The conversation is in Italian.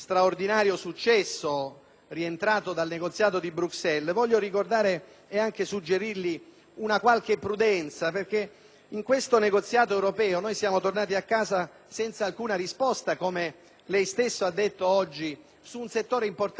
successo del negoziato di Bruxelles - voglio ricordarle e suggerirgli una qualche prudenza perché in quel negoziato europeo siamo tornati a casa senza nessuna risposta, come lei ha detto, su un settore importante quale è quello del tabacco.